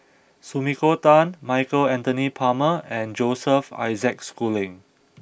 Sumiko Tan Michael Anthony Palmer and Joseph Isaac Schooling